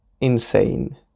insane